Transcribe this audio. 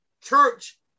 Church